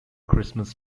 christmas